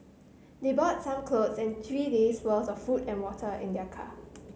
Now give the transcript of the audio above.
they brought some clothes and three days' worth of food and water in their car